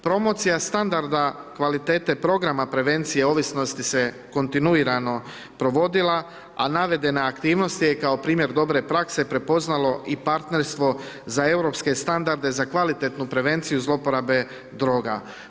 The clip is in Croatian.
Promocija standarda kvalitete programa prevencije ovisnosti se kontinuirano provodila, a navedene aktivnosti je kao primjer dobre prakse prepoznalo i partnerstvo za europske standarde, za kvalitetnu prevenciju zlouporabe droga.